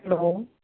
hello